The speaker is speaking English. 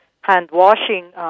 hand-washing